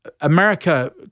America